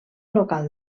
local